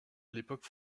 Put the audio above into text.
l’époque